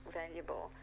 valuable